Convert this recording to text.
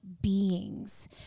beings